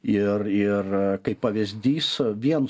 ir ir kaip pavyzdys vien